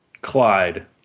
Clyde